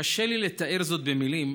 קשה לי לתאר זאת במילים,